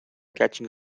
catching